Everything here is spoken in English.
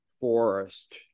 forest